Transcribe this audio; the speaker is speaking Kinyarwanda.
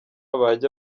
bajya